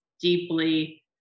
deeply